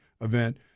event